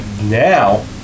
Now